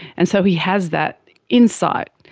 and so he has that insight.